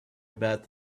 about